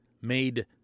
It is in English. made